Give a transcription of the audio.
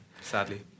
Sadly